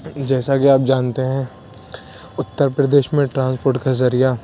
جیساکہ آپ جانتے ہیں اتّر پردیش میں ٹرانسپورٹ کا ذریعہ